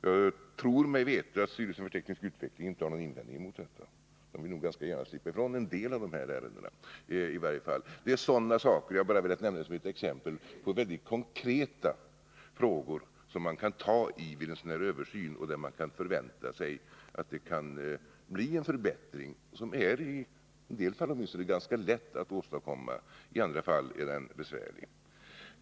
Jag tror mig veta att styrelsen för teknisk utveckling inte har någon invändning mot detta; den vill nog gärna slippa ifrån en del sådana ärenden i varje fall. Jag har bara velat nämna dessa saker såsom exempel på konkreta frågor som man kan ta upp vid en översyn och där man kan förvänta sig en förbättring. Åtminstone i en del fall är den ganska lätt att åstadkomma. I andra fall är den besvärlig.